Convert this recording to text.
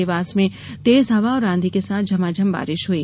देवास में तेज हवा और आंधी के साथ झमाझम बारिश हुई